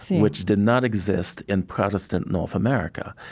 which did not exist in protestant north america.